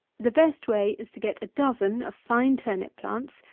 the best way is to get a dozen of fine turnip plants,